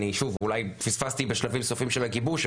שוב אולי פספסתי בשלבים נוספים של הגיבוש,